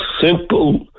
simple